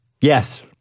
Yes